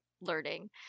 learning